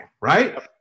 right